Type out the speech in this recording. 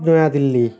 Naya Delhi